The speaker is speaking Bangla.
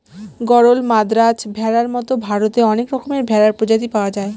গরল, মাদ্রাজ ভেড়ার মতো ভারতে অনেক রকমের ভেড়ার প্রজাতি পাওয়া যায়